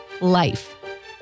life